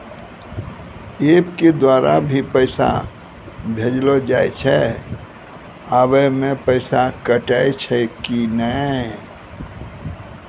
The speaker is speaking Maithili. एप के द्वारा भी पैसा भेजलो जाय छै आबै मे पैसा कटैय छै कि नैय?